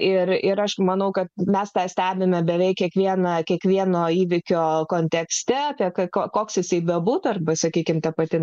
ir ir aš manau kad mes tą stebime beveik kiekvieną kiekvieno įvykio kontekste apie ką koks jis bebūtų arba sakykime ta pati